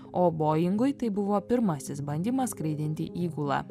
o boingui tai buvo pirmasis bandymas skraidinti įgulą